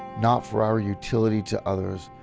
not for our utility to others,